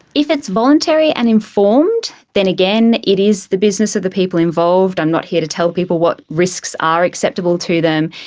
if it's involuntary and informed, then again it is the business of the people involved, i'm not here to tell people what risks are acceptable to them.